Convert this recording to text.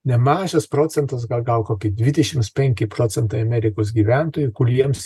nemažas procentas gal gal kokį dvidešims penki procentai amerikos gyventojų kuriems